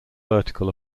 vertical